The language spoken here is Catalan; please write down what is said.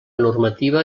normativa